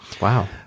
Wow